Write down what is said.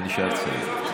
חן חן.